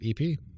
EP